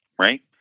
right